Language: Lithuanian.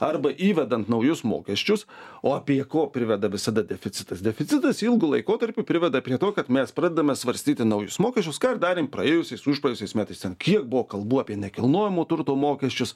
arba įvedant naujus mokesčius o apie ko priveda visada deficitas deficitas ilgu laikotarpiu priveda prie to kad mes pradedame svarstyti naujus mokesčius ką ir darėm praėjusiais užprėjusiais metais ten kiek buvo kalbų apie nekilnojamo turto mokesčius